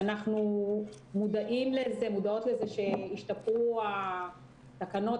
ואנחנו מודעות לזה שהשתפרו התקנות,